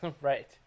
Right